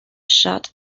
shot